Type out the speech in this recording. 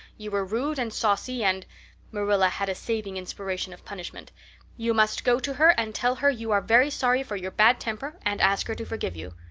you were rude and saucy and marilla had a saving inspiration of punishment you must go to her and tell her you are very sorry for your bad temper and ask her to forgive you.